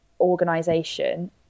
organization